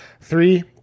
three